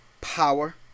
power